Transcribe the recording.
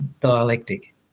dialectic